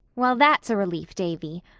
well, that's a relief, davy.